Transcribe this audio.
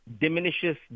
diminishes